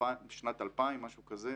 משנת 2000, משהו כזה.